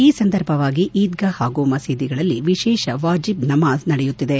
ಈ ಸಂದರ್ಭವಾಗಿ ಈದ್ಗಾ ಹಾಗೂ ಮಸೀದಿಗಳಲ್ಲಿ ವಿಶೇಷ ವಾಜಿಬ್ ನಮಾಜ್ ನಡೆಯುತ್ತಿದೆ